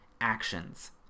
actions